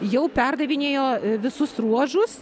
jau perdavinėjo visus ruožus